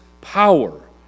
power